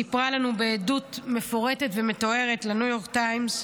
סיפרה לנו, בעדות מפורטת ומתוארת לניו יורק טיימס,